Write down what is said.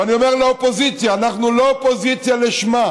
ואני אומר לאופוזיציה: אנחנו לא אופוזיציה לשמה.